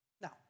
Now